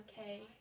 okay